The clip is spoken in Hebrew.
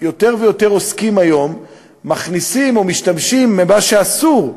יותר ויותר עוסקים היום מכניסים או משתמשים במה שאסור,